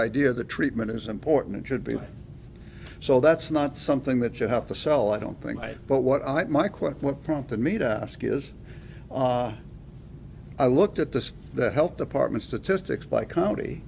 idea of the treatment is important should be so that's not something that you have to sell i don't think i but what my quip what prompted me to ask you is i looked at this the health department statistics by county